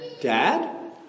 Dad